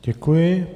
Děkuji.